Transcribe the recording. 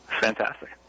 Fantastic